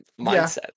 mindset